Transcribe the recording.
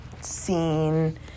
scene